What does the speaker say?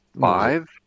five